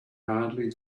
hardly